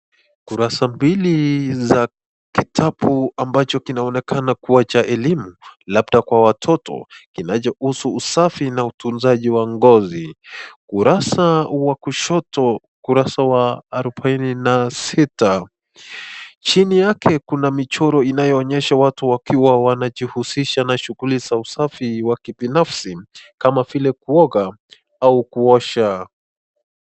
Kurasa mbili cha kitabu ambacho kunaonekana kuwa cha elimu labda kwa watoto. Kinachohusu usafi na utanzaji wa ngozi . Kurasa Wa kushoto, kurasa wa arubaini na sita , chini yake kuna michoro inayo onesha watu wakiwa wanajihusisha na shughuli za usafi wa kibinafsi kama vile kuoga au kuosha